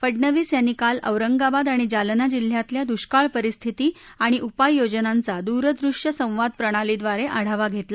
फडनवीस याती काल औरत्तिवाद आणि जालना जिल्ह्यातल्या दुष्काळ परिस्थिती आणि उपाययोजनात्ती दुरदृष्य सत्ताद प्रणालीद्वारे आढावा घेतला